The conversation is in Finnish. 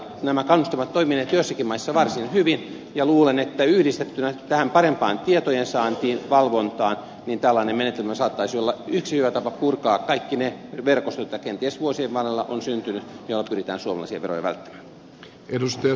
nämä kannustimet ovat toimineet joissakin maissa varsin hyvin ja luulen että yhdistettynä tähän parempaan tietojensaantiin ja valvontaan tällainen menetelmä saattaisi olla yksi hyvä tapa purkaa kaikki ne verkostot joita kenties vuosien varrella on syntynyt joilla pyritään suomalaisia veroja välttämään